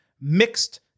mixed